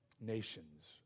nations